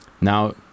Now